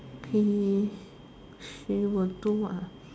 eh she will do what ah